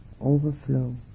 overflow